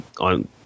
on